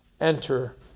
enter